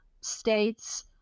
states